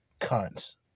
cunts